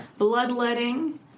bloodletting